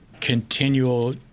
continual